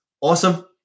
awesome